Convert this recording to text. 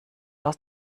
aus